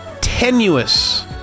tenuous